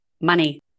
money